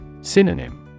Synonym